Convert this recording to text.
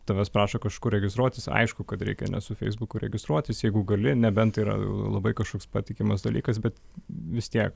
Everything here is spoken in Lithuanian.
tavęs prašo kažkur registruotis aišku kad reikia ne su feisbuku registruotis jeigu gali nebent tai yra labai kažkoks patikimas dalykas bet vis tiek